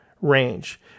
range